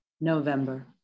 November